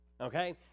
okay